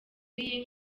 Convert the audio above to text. w’iyi